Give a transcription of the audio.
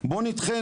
בואו נדחה,